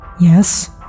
Yes